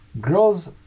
girls